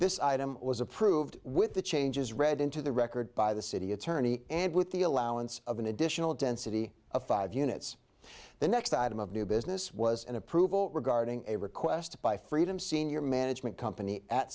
this item was approved with the changes read into the record by the city attorney and with the allowance of an additional density of five units the next item of new business was an approval regarding a request by freedom senior management company at